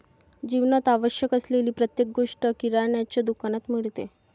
जीवनात आवश्यक असलेली प्रत्येक गोष्ट किराण्याच्या दुकानात मिळते